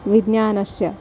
विज्ञानस्य